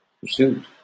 pursuit